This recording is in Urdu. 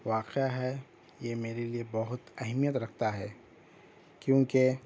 واقعہ ہے یہ میرے لئے بہت اہمیت رکھتا ہے کیونکہ